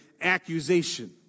accusation